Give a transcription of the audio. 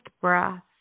breath